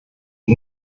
und